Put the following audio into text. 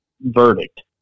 verdict